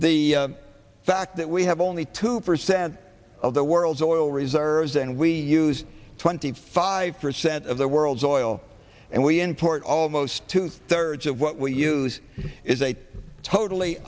the fact that we have only two percent of the world's oil reserves and we use twenty five percent of the world's oil and we import almost two thirds of what we use is a totally